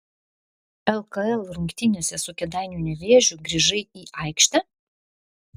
lkl rungtynėse su kėdainių nevėžiu grįžai į aikštę